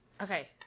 Okay